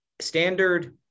standard